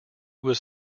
was